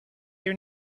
your